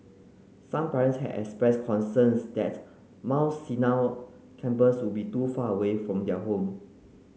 some parents had expressed concerns that Mount Sinai campus would be too far from their home